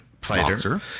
fighter